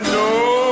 no